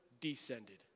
descended